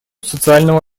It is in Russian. социального